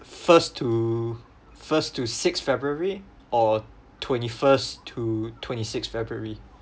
first to first to sixth february or twenty first to twenty sixth february